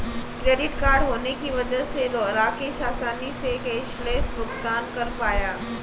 credit card होने की वजह से राकेश आसानी से कैशलैस भुगतान कर पाया